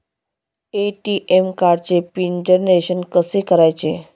ATM कार्डचे PIN generation कसे करायचे?